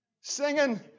Singing